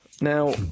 now